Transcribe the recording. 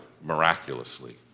miraculously